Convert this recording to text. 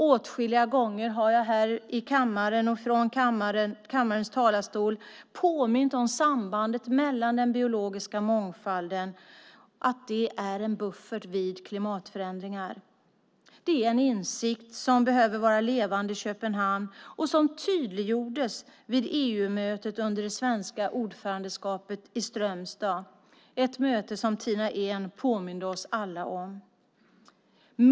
Åtskilliga gånger har jag här från kammarens talarstol påmint om att den biologiska mångfalden är en buffert vid klimatförändringar. Det är en insikt som behöver vara levande i Köpenhamn och som tydliggjordes vid EU-mötet i Strömstad under det svenska ordförandeskapet, ett möte som Tina Ehn påminde oss alla om.